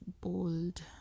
bold